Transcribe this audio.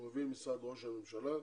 שמוביל משרד ראש הממשלה.